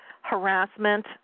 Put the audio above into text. harassment